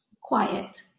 quiet